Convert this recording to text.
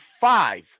five